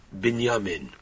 Binyamin